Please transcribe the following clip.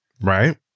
Right